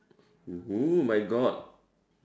!woo! my God